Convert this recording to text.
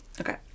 Okay